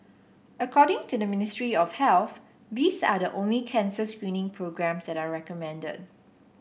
according to the Ministry of Health these are the only cancer screening programmes that are recommended